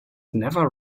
never